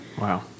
Wow